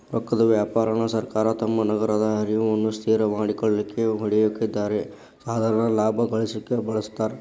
ರೊಕ್ಕದ್ ವ್ಯಾಪಾರಾನ ಸರ್ಕಾರ ತಮ್ಮ ನಗದ ಹರಿವನ್ನ ಸ್ಥಿರವಾಗಿಡಲಿಕ್ಕೆ, ಹೂಡಿಕೆದಾರ್ರಿಗೆ ಸಾಧಾರಣ ಲಾಭಾ ಗಳಿಸಲಿಕ್ಕೆ ಬಳಸ್ತಾರ್